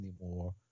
anymore